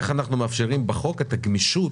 איך אנחנו מאפשרים בחוק את הגמישות,